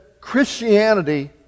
Christianity